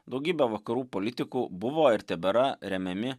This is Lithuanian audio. daugybę vakarų politikų buvo ir tebėra remiami